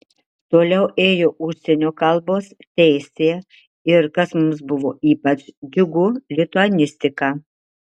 toliau ėjo užsienio kalbos teisė ir kas mums buvo ypač džiugu lituanistika